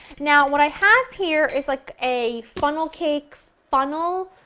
now, what i have here is like a funnel cake funnel?